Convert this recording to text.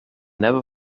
never